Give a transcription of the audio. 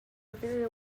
very